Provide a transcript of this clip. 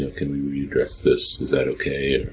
ah can we we address this, is that okay, or